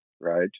right